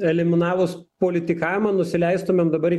eliminavus politikavimą nusileistumėm dabar